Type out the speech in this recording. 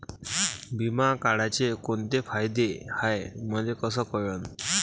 बिमा काढाचे कोंते फायदे हाय मले कस कळन?